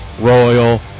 Royal